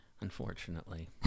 Unfortunately